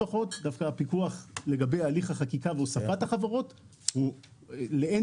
דווקא הפיקוח לגבי הליך החקיקה והוספת החברות השתפר לאין